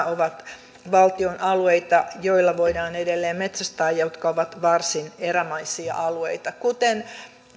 ovat valtion alueita joilla voidaan edelleen metsästää ja jotka ovat varsin erämaisia alueita kuten